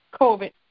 COVID